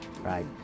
right